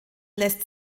lässt